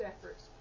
efforts